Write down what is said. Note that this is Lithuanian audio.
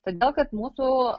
todėl kad mūsų